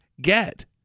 get